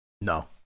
No